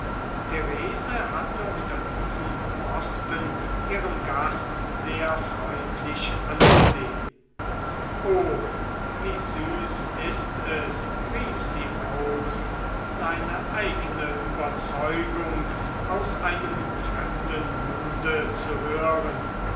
therese hatte unter diesen worten ihren gast sehr freundlich angesehen o wie süß ist es rief sie aus seine eigne überzeugung aus einem fremden munde zu hören